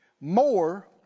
more